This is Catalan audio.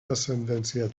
ascendència